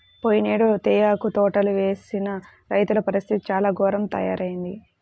పోయినేడు తేయాకు తోటలు వేసిన రైతుల పరిస్థితి చాలా ఘోరంగా తయ్యారయింది